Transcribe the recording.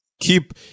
Keep